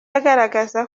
agaragaza